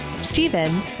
Stephen